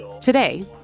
Today